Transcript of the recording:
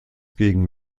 gegen